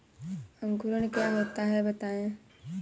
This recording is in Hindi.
अंकुरण क्या होता है बताएँ?